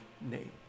name